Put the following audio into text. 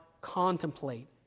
contemplate